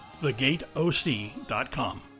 thegateoc.com